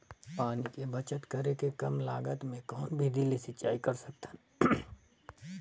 पानी के बचत करेके कम लागत मे कौन विधि ले सिंचाई कर सकत हन?